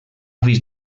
vist